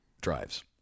drives